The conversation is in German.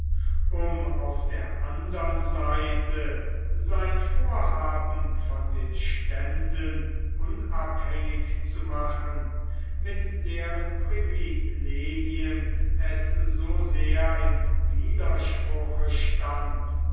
um auf der andern seite sein verfahren von den ständen unabhängig zu machen mit deren privilegien es so sehr im widerspruche stand